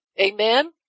Amen